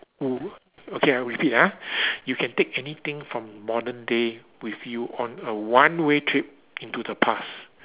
oh okay I repeat ah you can take anything from modern day with you on a one way trip into the past